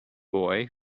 boy